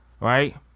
Right